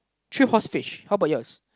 three horse fish how about yours